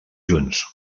junts